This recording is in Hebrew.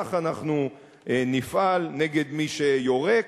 כך אנחנו נפעל נגד מי שיורק,